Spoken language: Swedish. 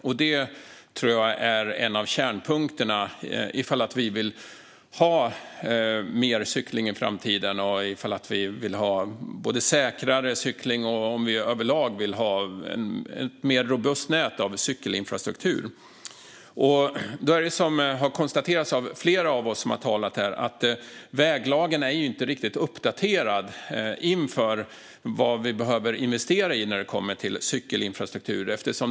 Jag tror att det är en av kärnpunkterna om vi vill ha mer cykling i framtiden, om vi vill ha säkrare cykling och om vi överlag vill ha ett mer robust nät av cykelinfrastruktur. Så som flera av oss här har konstaterat är väglagen inte riktigt uppdaterad inför de investeringar vi behöver göra när det gäller cykelinfrastruktur.